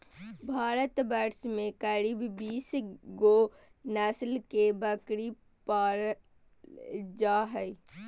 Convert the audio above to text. भारतवर्ष में करीब बीस गो नस्ल के बकरी पाल जा हइ